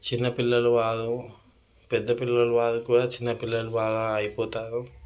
చిన్నపిల్లలు వాళ్ళు పెద్దపిల్లలు వాళ్ళు కూడా చిన్నపిల్లలు వాళ్ళు లాగా అయిపోతారు